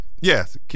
Yes